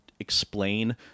explain